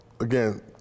again